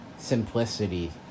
simplicity